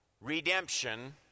Redemption